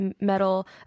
metal